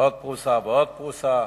עוד פרוסה ועוד פרוסה.